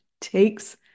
takes